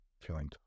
feeling